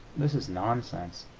this is nonsense.